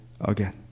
again